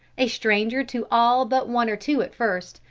a stranger to all but one or two at first,